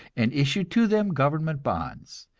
and issue to them government bonds,